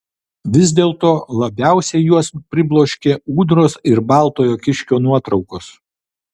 vis dėlto labiausiai juos pribloškė ūdros ir baltojo kiškio nuotraukos